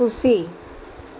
ખુશી